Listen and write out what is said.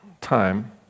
time